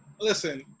Listen